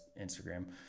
instagram